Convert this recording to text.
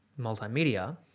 multimedia